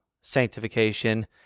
sanctification